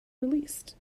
released